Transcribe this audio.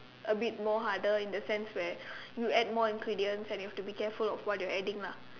a bit more harder in the sense where you add more ingredient and you have to be careful of what you are adding lah